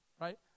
right